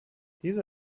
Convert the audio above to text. dieser